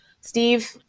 Steve